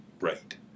right